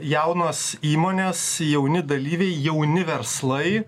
jaunos įmonės jauni dalyviai jauni verslai